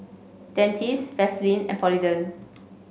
Dentiste Vaselin and Polident